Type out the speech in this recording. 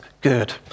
good